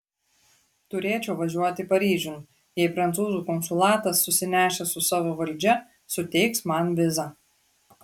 turėčiau važiuoti paryžiun jei prancūzų konsulatas susinešęs su savo valdžia suteiks man vizą